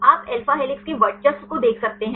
आप alpha helices के वर्चस्व को देख सकते हैं